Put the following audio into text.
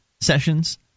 sessions